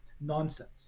nonsense